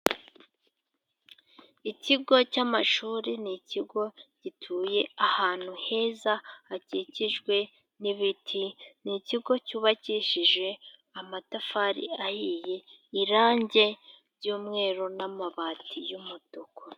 Ikigo cy'amashuri ni ikigo gituye ahantu heza hakikijwe n'ibiti, ni ikigo cyubakishije amatafari ahiye, irange ry'umweru n'amabati y'umutuku.